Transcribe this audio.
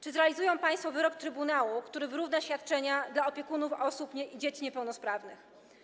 Czy zrealizują państwo wyrok trybunału, który wyrówna świadczenia dla opiekunów dzieci i osób niepełnosprawnych?